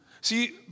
See